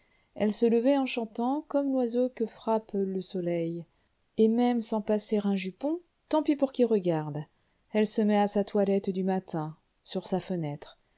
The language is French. elle se levait en chantant comme l'oiseau que frappe le soleil et même sans passer un jupon tant pis pour qui regarde elle se met à sa toilette du matin sur sa fenêtre